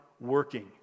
working